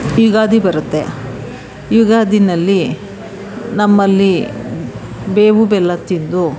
ಯುಗಾದಿ ಬರುತ್ತೆ ಯುಗಾದಿಯಲ್ಲಿ ನಮ್ಮಲ್ಲಿ ಬೇವು ಬೆಲ್ಲ ತಿಂದು